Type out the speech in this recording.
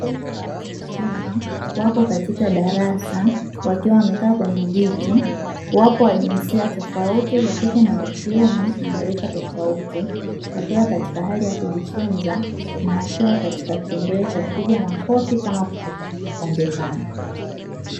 Kundi la watu wazima, wapo katika darasa wakiwa wamekaa kwenye viti, wapo wa jinsia tofauti za kike na za kiume na wa rika tofauti, wakiwa katika hali ya kujifunza na wakiwa katika kipengele cha kupiga makofi kama kupongezana.